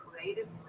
creatively